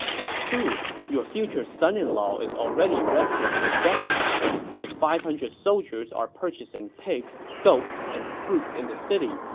it's true. your future son-in-law is already resting at the guest house. his five hundred soldiers are purchasing pigs, goats, and fruits in the city,